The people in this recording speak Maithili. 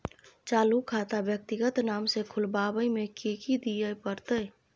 चालू खाता व्यक्तिगत नाम से खुलवाबै में कि की दिये परतै?